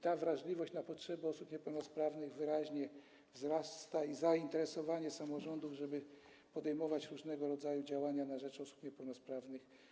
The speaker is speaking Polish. Ta wrażliwość na potrzeby osób niepełnosprawnych wyraźnie wzrasta i zainteresowanie samorządów tym, żeby podejmować różnego rodzaju działania na rzecz osób niepełnosprawnych, jest widoczne.